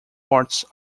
parts